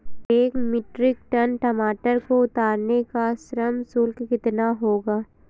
एक metric ton टमाटर को उतारने का श्रम शुल्क कितना होगा?